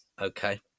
Okay